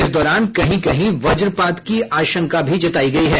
इस दौरान कहीं कहीं वज्रपात की आशंका भी जतायी गयी है